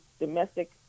Domestic